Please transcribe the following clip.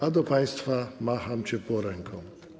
A do państwa macham ciepło ręką.